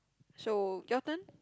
so your turn